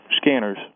scanners